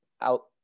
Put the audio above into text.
out